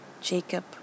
jacob